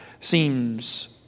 seems